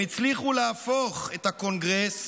הם הצליחו להפוך את הקונגרס,